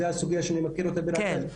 זאת הסוגייה שאני מכיר אותה בביר הדאג'.